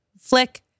flick